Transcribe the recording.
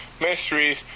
mysteries